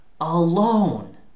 alone